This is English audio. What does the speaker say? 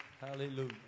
Hallelujah